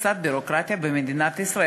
קצת ביורוקרטיה במדינת ישראל.